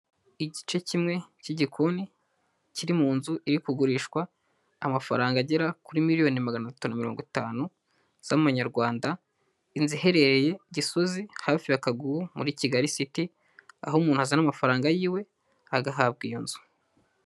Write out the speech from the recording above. Igice kimwe cy'igikoni kiri mu nzu iri kugurishwa amafaranga agera kuri miliyoni magana atatu mirongo itanu z'amannyarwanda, inzu iherereye Gisozi hafi ya Kagugu muri Kigali siti, aho umuntu azana amafaranga yiwe agahabwa iyo nzu.